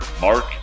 Mark